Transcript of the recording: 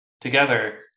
together